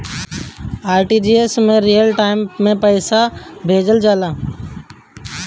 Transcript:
RTGS में real time में पइसा भेजल जाला